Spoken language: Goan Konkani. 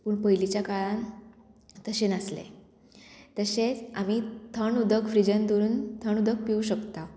पूण पयलींच्या काळान तशें नासले तशेंच आमी थंड उदक फ्रिजान दवरून थंड उदक पिवूं शकता